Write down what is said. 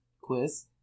Quiz